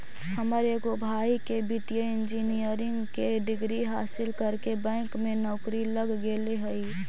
हमर एगो भाई के वित्तीय इंजीनियरिंग के डिग्री हासिल करके बैंक में नौकरी लग गेले हइ